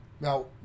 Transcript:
Now